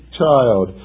child